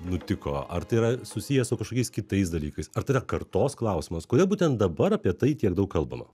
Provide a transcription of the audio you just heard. nutiko ar tai yra susiję su kažkokiais kitais dalykais ar tai yra kartos klausimas kodėl būtent dabar apie tai tiek daug kalbama